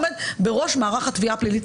עומד בראש מערך התביעה הפלילית.